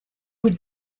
would